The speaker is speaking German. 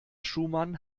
schumann